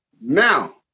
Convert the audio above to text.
Now